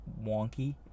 wonky